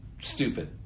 stupid